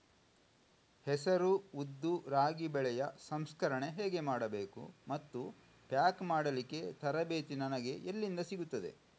ಹೆಸರು, ಉದ್ದು, ರಾಗಿ ಬೆಳೆಯ ಸಂಸ್ಕರಣೆ ಹೇಗೆ ಮಾಡಬೇಕು ಮತ್ತು ಪ್ಯಾಕ್ ಮಾಡಲಿಕ್ಕೆ ತರಬೇತಿ ನನಗೆ ಎಲ್ಲಿಂದ ಸಿಗುತ್ತದೆ?